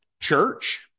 church